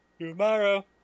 tomorrow